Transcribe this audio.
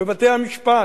בבתי-המשפט.